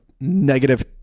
negative